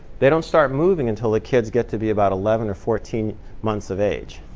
they don't start moving until the kids get to be about eleven or fourteen months of age.